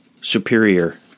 superior